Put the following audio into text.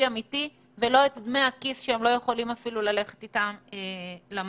אמיתי ולא דמי כיס שלא מספיקים אפילו לתשלום במכולת.